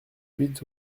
huit